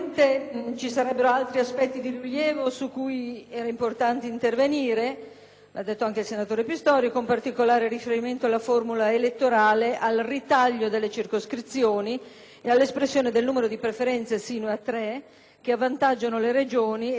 ha detto anche il senatore Pistorio, con particolare riferimento alla formula elettorale, al «ritaglio» delle circoscrizioni e all'espressione del numero di preferenze sino a tre, che avvantaggiano le Regioni e le zone all'interno di esse più popolose a discapito di quelle meno abitate.